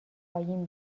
پایین